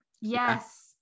Yes